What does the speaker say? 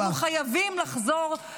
אנחנו חייבים לחזור,